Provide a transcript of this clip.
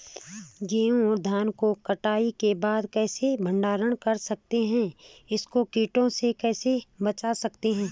गेहूँ और धान को कटाई के बाद कैसे भंडारण कर सकते हैं इसको कीटों से कैसे बचा सकते हैं?